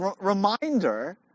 reminder